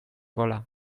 gola